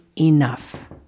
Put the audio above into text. enough